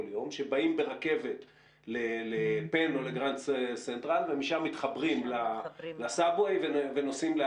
יום שבאים ברכבת לפן או לגרנד סנטרל ומשם מתחברים לסאבווי ונוסעים.